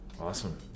awesome